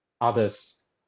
others